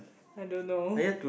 I don't know